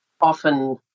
Often